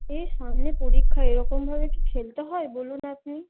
এই সামনে পরীক্ষা এরকমভাবে কি খেলতে হয় বলুন আপনি